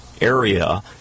area